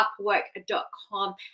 upwork.com